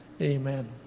Amen